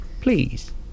Please